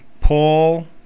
Paul